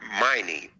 mining